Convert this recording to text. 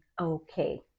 okay